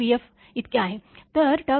vf इतके आहे